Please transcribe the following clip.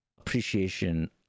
appreciation